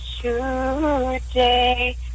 today